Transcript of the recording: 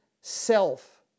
self